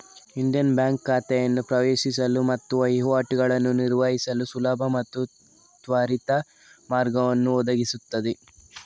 Indian Bank ಖಾತೆಯನ್ನು ಪ್ರವೇಶಿಸಲು ಮತ್ತು ವಹಿವಾಟುಗಳನ್ನು ನಿರ್ವಹಿಸಲು ಸುಲಭ ಮತ್ತು ತ್ವರಿತ ಮಾರ್ಗವನ್ನು ಒದಗಿಸುತ್ತದೆ